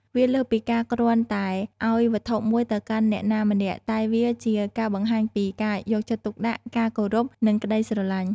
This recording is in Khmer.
វាលើសពីការគ្រាន់តែឱ្យវត្ថុមួយទៅកាន់អ្នកណាម្នាក់ តែវាជាការបង្ហាញពី ការយកចិត្តទុកដាក់ ការគោរព និងក្តីស្រឡាញ់។